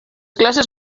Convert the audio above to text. classes